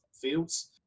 fields